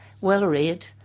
well-read